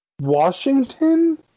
Washington